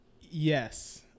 Yes